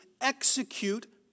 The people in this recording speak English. execute